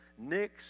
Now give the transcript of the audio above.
nicks